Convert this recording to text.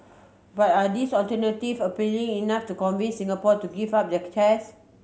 but are these alternatives appealing enough to convince Singapore to give up their cars